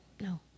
No